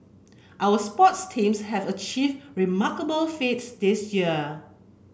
our sports teams have achieve remarkable feats this year